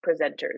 presenters